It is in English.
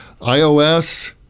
iOS